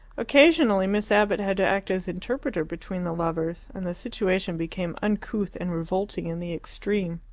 occasionally miss abbott had to act as interpreter between the lovers, and the situation became uncouth and revolting in the extreme.